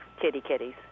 kitty-kitties